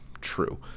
true